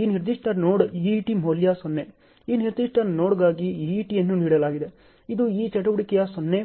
ಈ ನಿರ್ದಿಷ್ಟ ನೋಡ್ಗೆ EET ಮೌಲ್ಯ 0 ಈ ನಿರ್ದಿಷ್ಟ ನೋಡ್ಗಾಗಿ EETಯನ್ನು ನೀಡಲಾಗಿದೆ ಇದು ಈ ಚಟುವಟಿಕೆಯ 0